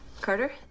Carter